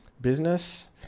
business